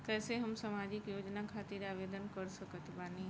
कैसे हम सामाजिक योजना खातिर आवेदन कर सकत बानी?